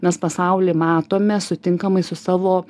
mes pasaulį matome sutinkamai su savo